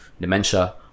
dementia